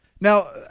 Now